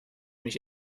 mich